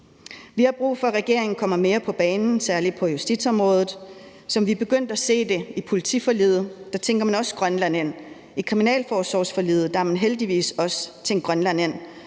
Vi har brug for, at regeringen kommer mere på banen, særlig på justitsområdet, og sådan som vi også er begyndt at se det i politiforliget, tænker man også Grønland ind, og i kriminalforsorgsforliget har man heldigvis også tænkt Grønland ind,